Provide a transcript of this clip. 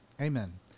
Amen